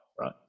right